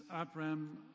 Abraham